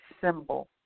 symbol